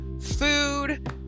food